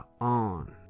on